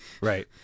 Right